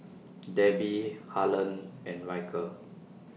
Debbie Harlen and Ryker